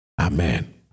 Amen